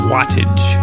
Wattage